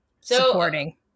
supporting